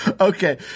Okay